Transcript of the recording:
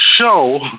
show